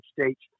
States